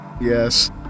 Yes